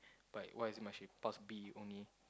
but why is must be path B only